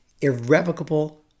irrevocable